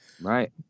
Right